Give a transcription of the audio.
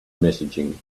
messaging